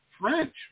French